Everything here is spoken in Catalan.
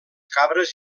cabres